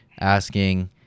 asking